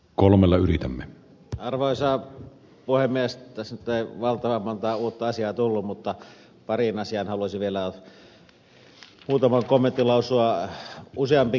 tässä nyt ei valtavan montaa uutta asiaa tullut mutta pariin asiaan haluaisin vielä muutaman kommentin lausua